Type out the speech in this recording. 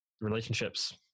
Relationships